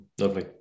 lovely